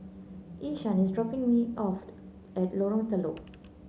Ishaan is dropping me off at Lorong Telok